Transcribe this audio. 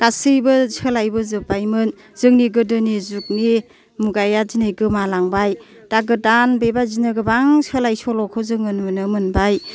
गासैबो सोलायबोजोबबायमोन जोंनि गोदोनि जुगनि मुगाया दिनै गोमालांबाय दा बेबायदिनो गोबां सोलाय सोल'खौ जों नुनो मोनबाय